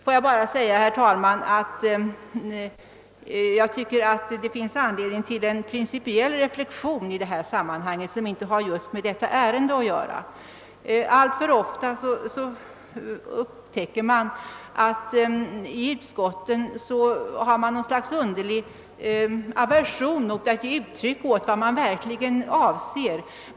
Får jag bara säga, herr talman, att jag tycker det finns anledning till en principiell reflexion i detta sammanhang, som inte har just med detta ärende att göra. Alltför ofta upptäcker man att utskottens ledamöter har något slags underlig aversion mot att ge uttryck åt vad de verkligen anser.